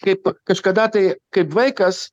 kaip kažkada tai kaip vaikas